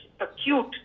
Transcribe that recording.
acute